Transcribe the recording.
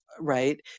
right